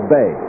Bay